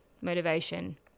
motivation